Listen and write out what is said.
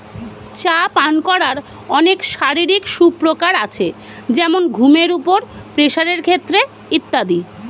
চা পান করার অনেক শারীরিক সুপ্রকার আছে যেমন ঘুমের উপর, প্রেসারের ক্ষেত্রে ইত্যাদি